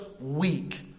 weak